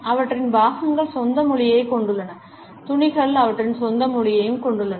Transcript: அவற்றின் பாகங்கள் சொந்த மொழியைக் கொண்டுள்ளன துணிகள் அவற்றின் சொந்த மொழியையும் கொண்டுள்ளன